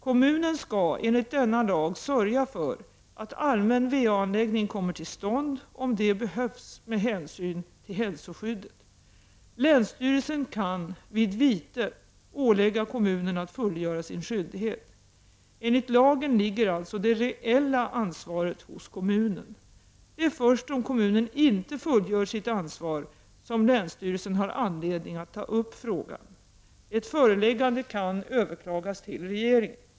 Kommunen skall enligt denna lag sörja för att allmän va-anläggning kommer till stånd om det behövs med hänsyn till hälsoskyddet. Länsstyrelsen kan vid vite ålägga kommunen att fullgöra sin skyldighet. Enligt lagen ligger alltså det reella ansvaret hos kommunen. Det är först om kommunen inte fullgör sitt ansvar som länsstyrelsen har anledning att ta upp frågan. Ett föreläggande kan överklagas till regeringen.